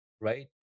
right